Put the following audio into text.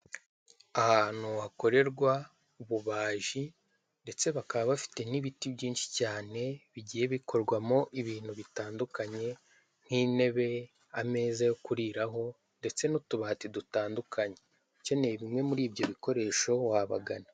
Ahantu hakorerwa ububaji ndetse bakaba bafite n'ibiti byinshi cyane bigiye bikorwamo ibintu bitandukanye nk'intebe , ameza yo kuriraho ndetse n'utubati dutandukanye. Ukeneye bimwe muri ibyo bikoresho wabagana.